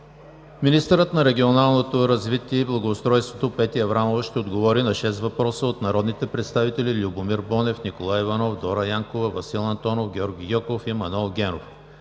Министърът на регионалното развитие и благоустройството Петя Аврамова ще отговори на шест въпроса от народните представители Любомир Бонев, Николай Иванов, Дора Янкова, Васил Антонов, Георги Гьоков и Манол Генов.